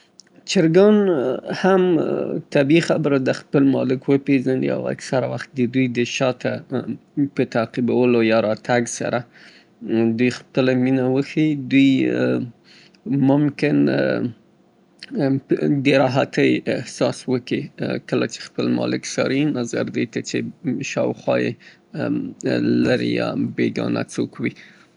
چرګان هم طبيعي خبره ده خپل مالک وپېزني او اکثره وخت د دوی د شاته په تعقيبولو او يا راتګ سره خپله مينه وښيي. دوی ممکن د راحتۍ احساس وکي، کله څې خپل مالک څاري نظر د دې ته چې شاوخوا يې لرې يا بېګانه څوک وي.